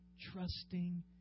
trusting